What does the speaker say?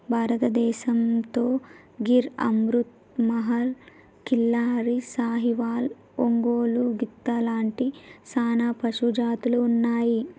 భారతదేసంతో గిర్ అమృత్ మహల్, కిల్లారి, సాహివాల్, ఒంగోలు గిత్త లాంటి సానా పశుజాతులు ఉన్నాయి